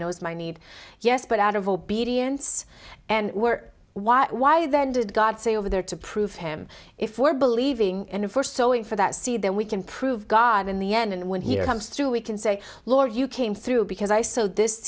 knows my need yes but out of obedience and we're why why then did god say over there to prove him if we're believing and if we're sowing for that seed then we can prove god in the end and when he comes through we can say lord you came through because i so this